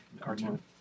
cartoon